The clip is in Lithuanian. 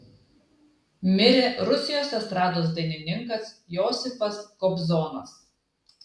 mirė rusijos estrados dainininkas josifas kobzonas